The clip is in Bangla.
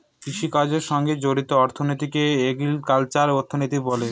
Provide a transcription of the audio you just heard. কৃষিকাজের সঙ্গে জড়িত অর্থনীতিকে এগ্রিকালচারাল অর্থনীতি বলে